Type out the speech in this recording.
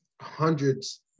hundreds